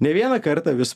ne vieną kartą vis